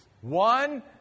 One